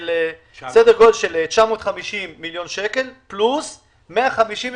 שהם סדר גודל של 950 מיליון שקלים ועוד 158